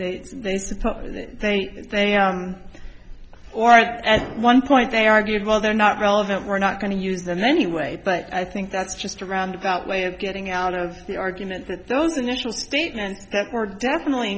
support they they are or at one point they argued well they're not relevant we're not going to use the new anyway but i think that's just a roundabout way of getting out of the argument that those initial statements that were definitely